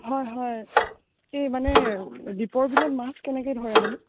হয় হয় কি মানে দিপৰ বিলত মাছ কেনেকৈ ধৰে মানে